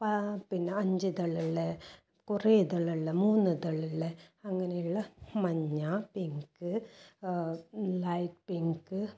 ആ പിന്നെ അഞ്ച് ഇതളുള്ള കുറെ ഇതളുള്ള മൂന്ന് ഇതളുള്ള അങ്ങനെയുള്ള മഞ്ഞ പിങ്ക് ലൈറ്റ് പിങ്ക്